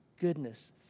goodness